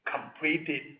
completed